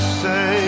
say